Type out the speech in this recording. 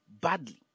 badly